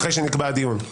אחרי שנקבע דיון.